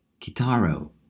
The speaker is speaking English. Kitaro